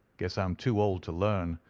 guess i'm too old to learn.